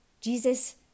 Jesus